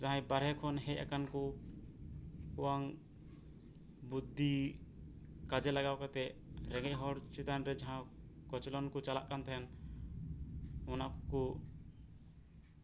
ᱡᱟᱦᱟᱸᱭ ᱵᱟᱨᱦᱮ ᱠᱷᱚᱱ ᱦᱮᱡ ᱟᱠᱟᱱ ᱠᱩ ᱩᱱᱠᱩᱣᱟᱝ ᱵᱩᱫᱽᱫᱷᱤ ᱠᱟᱡᱮ ᱞᱟᱜᱟᱣ ᱠᱟᱛᱮ ᱨᱮᱸᱜᱮᱡ ᱦᱚᱲ ᱪᱮᱛᱟᱱ ᱨᱮ ᱡᱟᱦᱟᱸ ᱠᱚᱪᱞᱚᱱ ᱠᱩ ᱪᱟᱞᱟᱜ ᱠᱟᱱ ᱛᱟᱦᱮᱸᱱ ᱚᱱᱟᱠᱩ ᱠᱩ